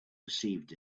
perceived